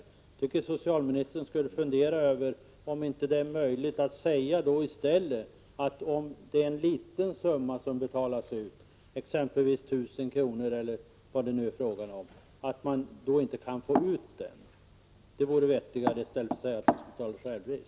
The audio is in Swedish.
Jag tycker att socialministern borde fundera på om det inte är möjligt att i stället säga att man kunde låta bli att betala ut småsummor, exempelvis upp till 1 000 kr. Det vore vettigare än att tillämpa ett system med självrisk.